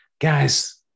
guys